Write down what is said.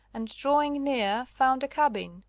and drawing near found a cabin,